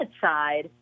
side